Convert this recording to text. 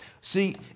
See